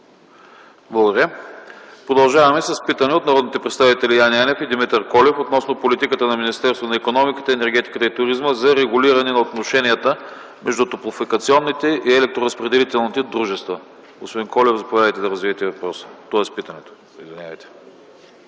Благодаря. Продължаваме с питане от народните представители Яне Янев и Димитър Колев относно политиката на Министерството на икономиката, енергетиката и туризма за регулиране на отношенията между топлофикационните и електроразпределителните дружества. Господин Колев, заповядайте да развиете питането. ДИМИТЪР